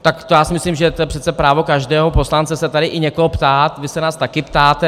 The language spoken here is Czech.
Tak já si myslím, že to je přece právo každého poslance se tady i někoho ptát, vy se nás taky ptáte.